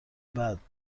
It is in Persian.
بعد